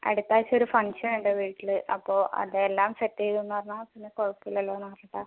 അടുത്താഴ്ച ഒര് ഫംഗ്ഷൻ ഉണ്ട് വീട്ടില് അപ്പോൾ അത് എല്ലാം സെറ്റ് ചെയ്തൂന്ന് അറിഞ്ഞാൽ പിന്നെ കുഴപ്പം ഇല്ലല്ലോ അതുകൊണ്ടാണ്